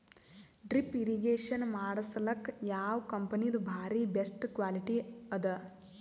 Drip irrigation ಮಾಡಸಲಕ್ಕ ಯಾವ ಕಂಪನಿದು ಬಾರಿ ಬೆಸ್ಟ್ ಕ್ವಾಲಿಟಿ ಅದ?